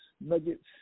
Nuggets